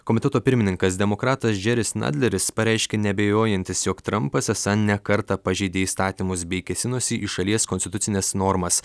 komiteto pirmininkas demokratas džeris nadleris pareiškė neabejojantis jog trampas esą ne kartą pažeidė įstatymus bei kėsinosi į šalies konstitucines normas